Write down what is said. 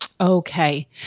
Okay